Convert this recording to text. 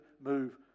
move